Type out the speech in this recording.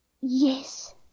Yes